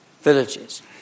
villages